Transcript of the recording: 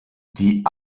die